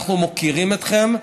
אנחנו מוקירים אתכם.